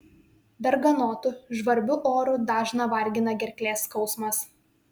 darganotu žvarbiu oru dažną vargina gerklės skausmas